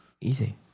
Easy